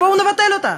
אז בואו נבטל אותה,